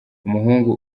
umuhungu